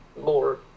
more